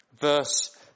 Verse